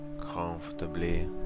comfortably